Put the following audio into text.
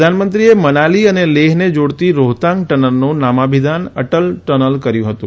પ્રધાનમંત્રીએ મનાલી અને લેહને જોડતી રોહતાંગ ટનલનું નામાભિધાન અટલ ટનલ કર્યું હતું